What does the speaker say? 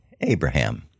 Abraham